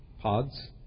Pods